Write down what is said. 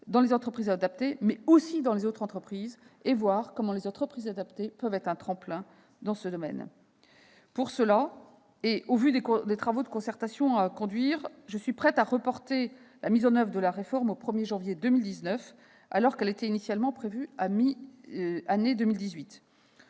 dans les entreprises adaptées comme dans les autres entreprises et voir comment les entreprises adaptées peuvent être un tremplin dans ce domaine. À ces conditions et au vu des travaux de concertation à conduire, je suis prête à reporter la mise en oeuvre de la réforme au 1 janvier 2019, alors qu'elle était initialement prévue pour le